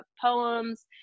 poems